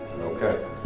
Okay